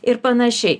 ir panašiai